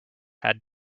had